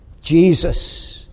Jesus